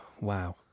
Wow